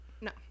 No